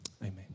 Amen